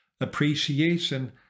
appreciation